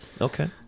Okay